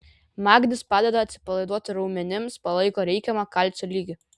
magnis padeda atsipalaiduoti raumenims palaiko reikiamą kalcio lygį